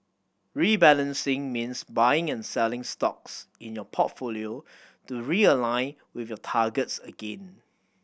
rebalancing means buying and selling stocks in your portfolio to realign with your targets again